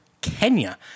Kenya